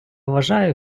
вважаю